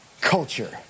culture